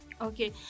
okay